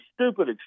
stupid